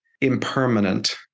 Impermanent